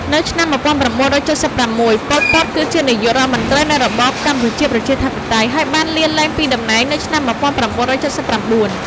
នៅឆ្នាំ១៩៧៦ ប៉ុល ពត គឺជានាយករដ្ឋមន្រ្តីនៃរបបកម្ពុជាប្រជាធិបតេយ្យ ហើយបានលាលែងពីតំណែងនៅឆ្នាំ១៩៧៩។